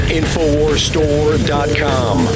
infowarstore.com